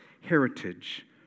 heritage